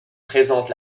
présentent